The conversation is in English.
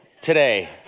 today